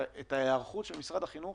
ההיערכות של משרד החינוך